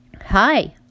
Hi